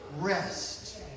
rest